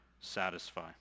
satisfy